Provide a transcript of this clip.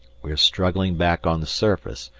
we are struggling back on the surface,